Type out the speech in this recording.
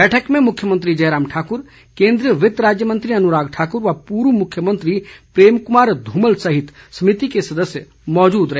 बैठक में मुख्यमंत्री जयराम ठाकुर केन्द्रीय वित्त राज्य मंत्री अनुराग ठाकुर व पूर्व मुख्यमंत्री प्रेम कुमार धूमल सहित समिति के सदस्य मौजूद रहे